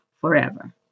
forever